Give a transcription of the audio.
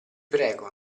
prego